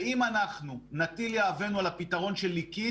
אם אנחנו נטיל את יהבנו על הפתרון של ליקית